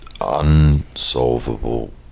unsolvable